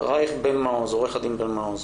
אחריך עו"ד בן מעוז.